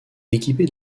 équipée